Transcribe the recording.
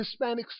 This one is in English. Hispanics